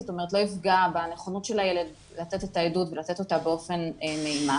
זאת אומרת לא יפגע בנכונות של הילד לתת את העדות ולתת אותה באופן מהימן,